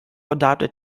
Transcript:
adopted